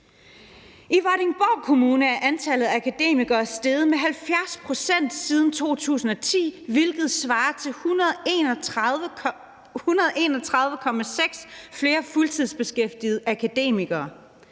I Vordingborg Kommune er antallet af akademikere steget med 70 pct. siden 2010, hvilket svarer til 131,6 flere fuldtidsbeskæftigede akademikere.